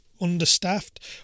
understaffed